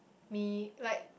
me like